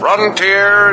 Frontier